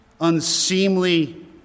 unseemly